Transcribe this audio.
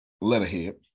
letterhead